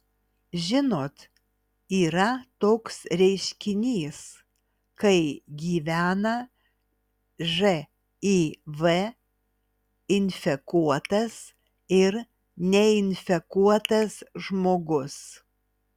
žinot yra toks reiškinys kai gyvena živ infekuotas ir neinfekuotas žmogus